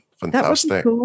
fantastic